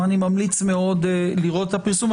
אני ממליץ מאוד לראות את הפרסום.